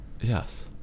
Yes